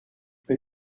they